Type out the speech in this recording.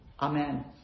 Amen